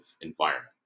environment